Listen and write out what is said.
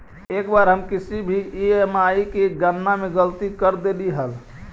एक बार हम किसी की ई.एम.आई की गणना में गलती कर देली हल